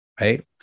right